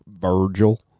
Virgil